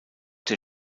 der